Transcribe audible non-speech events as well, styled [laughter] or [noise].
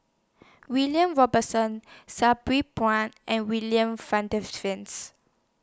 William Robinson Sabri Buang and William [unintelligible]